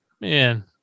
man